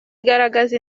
igaragaza